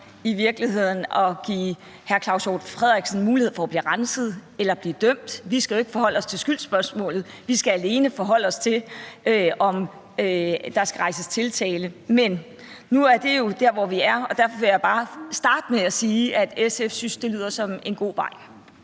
i virkeligheden at sørge for at give hr. Claus Hjort Frederiksen mulighed for at blive renset eller blive dømt. Vi skal jo ikke forholde os til skyldsspørgsmålet; vi skal alene forholde os til, om der skal rejses tiltale. Men nu er det jo der, hvor vi er, og derfor vil jeg bare starte med at sige, at SF synes, det lyder som en god vej.